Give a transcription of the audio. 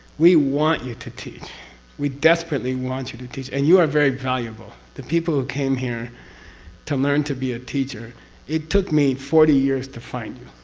we want you to teach we desperately want you to teach and you are very valuable. the people who came here to learn to be a teacher it took me forty years to find you,